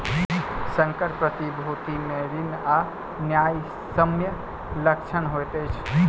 संकर प्रतिभूति मे ऋण आ न्यायसम्य लक्षण होइत अछि